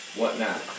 whatnot